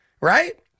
right